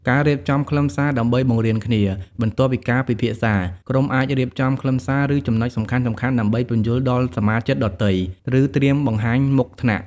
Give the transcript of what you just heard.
ការរៀបចំខ្លឹមសារដើម្បីបង្រៀនគ្នា បន្ទាប់ពីការពិភាក្សា ក្រុមអាចរៀបចំខ្លឹមសារ ឬចំណុចសំខាន់ៗដើម្បីពន្យល់ដល់សមាជិកដទៃ ឬត្រៀមបង្ហាញមុខថ្នាក់។